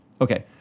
Okay